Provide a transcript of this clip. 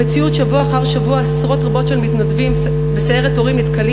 במציאות שבוע אחר שבוע עשרות רבות של מתנדבים ב"סיירת הורים" נתקלים